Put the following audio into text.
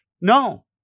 No